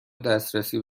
دسترسی